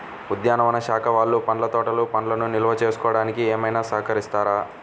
ఉద్యానవన శాఖ వాళ్ళు పండ్ల తోటలు పండ్లను నిల్వ చేసుకోవడానికి ఏమైనా సహకరిస్తారా?